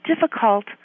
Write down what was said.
difficult